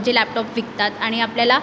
जे लॅपटॉप विकतात आणि आपल्याला